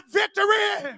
victory